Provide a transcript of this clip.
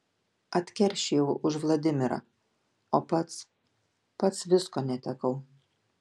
atkeršijau už vladimirą o pats pats visko netekau